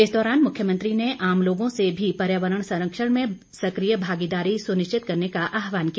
इस दौरान मुख्यमंत्री ने आम लोगों से भी पर्यावरण संरक्षण में सक्रिय भागीदारी सुनिश्चित करने का आहवान किया